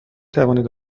توانید